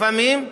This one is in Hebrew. לפעמים,